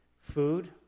food